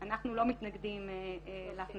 אנחנו סבורים שמכיוון שבאמת ברגולציה הפיננסית,